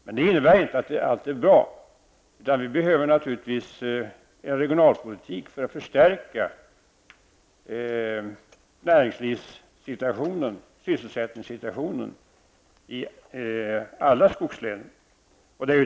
Men detta innebär inte att allting är bra, utan vi behöver naturligtvis en regionalpolitik för att förstärka näringslivets ställning och förbättra sysselsättningen i alla skogslänen.